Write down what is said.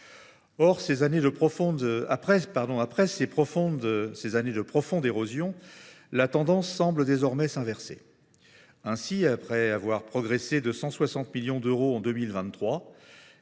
Après ces années de profonde érosion, la tendance semble désormais s’inverser. Ainsi, après avoir progressé de 160 millions d’euros en 2023,